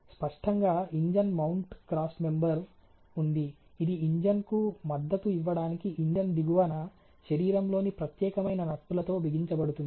స్పష్టంగా engine mount cross member ఉంది ఇది ఇంజిన్కు మద్దతు ఇవ్వడానికి ఇంజిన్ దిగువన శరీరంలోని ప్రత్యేకమైన నట్టులతో బిగించబడుతుంది